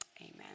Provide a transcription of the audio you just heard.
amen